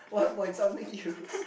one point something you